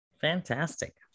Fantastic